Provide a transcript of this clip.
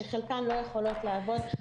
שחלקן לא יכולות לעבוד,